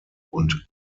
und